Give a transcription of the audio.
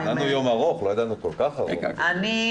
באנו ליום ארוך אבל לא ידענו שכל כך ארוך.